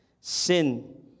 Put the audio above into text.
Sin